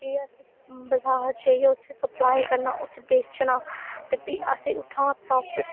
फ्ही अस बजार जाइयै उसी सप्लाई करना उसी बेचना ते प्ही असें उत्थूं प्राफिट